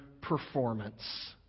performance